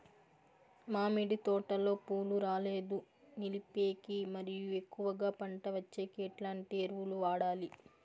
మామిడి తోటలో పూలు రాలేదు నిలిపేకి మరియు ఎక్కువగా పంట వచ్చేకి ఎట్లాంటి ఎరువులు వాడాలి?